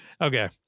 okay